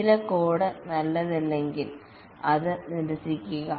ചില കോഡ് നല്ലതല്ലെങ്കിൽ അത് നിരസിക്കുക